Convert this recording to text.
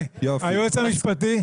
היועץ המשפטי?